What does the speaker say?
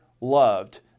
loved